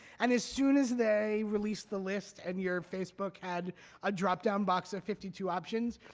and as soon as they released the list and your facebook had a dropdown box of fifty two options,